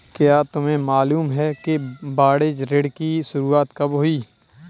क्या तुम्हें मालूम है कि वाणिज्य ऋण की शुरुआत कब हुई?